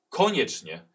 koniecznie